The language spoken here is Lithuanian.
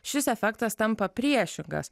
šis efektas tampa priešingas